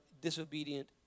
disobedient